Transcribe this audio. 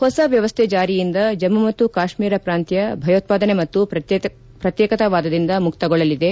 ಹೊಸ ವ್ಯವಸ್ಥೆ ಜಾರಿಯಿಂದ ಜಮ್ಮ ಮತ್ತು ಕಾಶ್ಮೀರ ಪ್ರಾಂತ್ಯ ಭಯೋತ್ಪಾದನೆ ಮತ್ತು ಪ್ರತ್ಯೇಕತಾವಾದದಿಂದ ಮುಕ್ತಗೊಳ್ಳಲಿದೆ